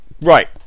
Right